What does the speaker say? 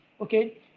okay